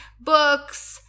books